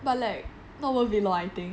but like not worth it lah I think